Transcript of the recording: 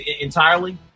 entirely